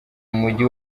mumujyi